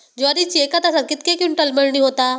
ज्वारीची एका तासात कितके क्विंटल मळणी होता?